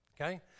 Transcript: okay